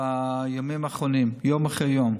בימים האחרונים, יום אחרי יום,